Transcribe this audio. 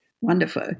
wonderful